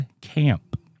camp